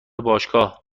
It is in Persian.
باشگاه